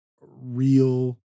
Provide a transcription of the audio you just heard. real